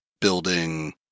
building